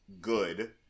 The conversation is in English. Good